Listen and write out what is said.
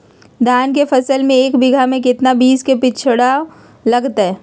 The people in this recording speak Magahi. धान के फसल में एक बीघा में कितना बीज के बिचड़ा लगतय?